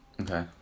Okay